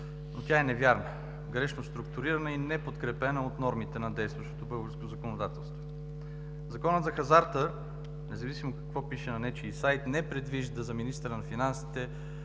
но тя е невярна, грешно структурирана и неподкрепена от нормите на действащото българско законодателство. Законът за хазарта, независимо какво пише на нечий сайт, не предвижда за министъра на финансите